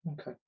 Okay